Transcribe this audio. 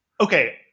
okay